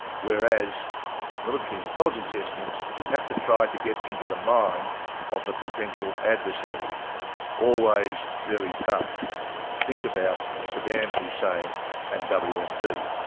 whereas military intelligence estimates have to try to get into the mind of the potential adversary always very tough think about saddam hussein and wmd!